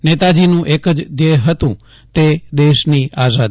નેતાજીનું એક જ ધ્યેય હતું તે દેશની આઝાદી